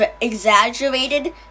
exaggerated